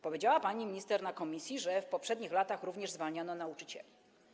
Powiedziała pani minister na posiedzeniu komisji, że w poprzednich latach również zwalniano nauczycieli.